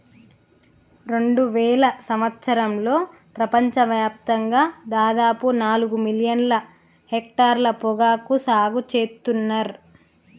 రెండువేల సంవత్సరంలో ప్రపంచ వ్యాప్తంగా దాదాపు నాలుగు మిలియన్ల హెక్టర్ల పొగాకు సాగు సేత్తున్నర్